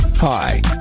Hi